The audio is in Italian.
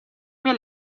mia